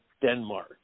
Denmark